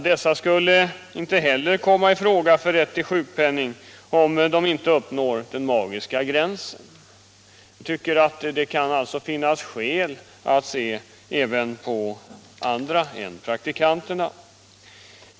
De kommer inte heller i fråga för rätt till sjukpenning, om de inte uppnår den magiska gränsen. Det kan alltså finnas skäl att se även på andra än praktikanterna.